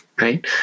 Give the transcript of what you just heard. right